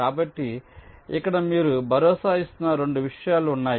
కాబట్టి ఇక్కడ మీరు భరోసా ఇస్తున్న 2 విషయాలు ఉన్నాయి